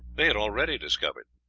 they had already discovered.